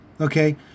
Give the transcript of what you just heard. Okay